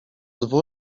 dwu